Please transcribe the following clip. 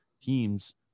teams